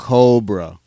Cobra